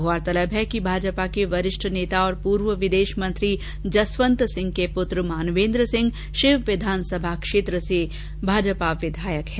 गौरतलब है कि भाजपा के वरिष्ठ नेता और पूर्व विदेश मंत्री जसवंत सिंह के पुत्र मानवेन्द्र सिंह शिव विधानसभा क्षेत्र से भाजपा के विधायक है